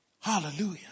Hallelujah